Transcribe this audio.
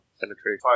penetration